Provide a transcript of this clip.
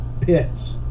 pits